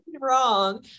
wrong